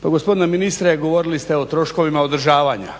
Pa gospodine ministre govorili ste o troškovima održavanja.